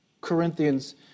Corinthians